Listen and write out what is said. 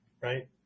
right